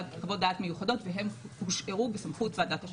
דעת מיוחדות והם הושארו בסמכות ועדת השחרורים.